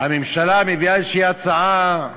הממשלה מביאה הצעה ראויה,